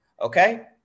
okay